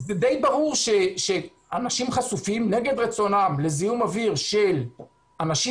זה די ברור שאנשים חשופים נגד רצונם לזיהום אוויר של אנשים